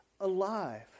alive